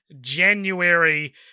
January